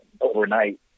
overnight